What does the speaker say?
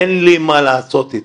אין לי מה לעשות איתך,